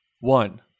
one